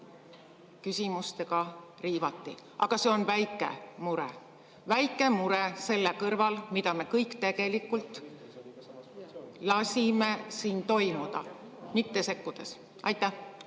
küsimustega riivati. Aga see on väike mure – väike mure selle kõrval, mida me kõik tegelikult lasime siin toimuda mitte sekkudes. Ma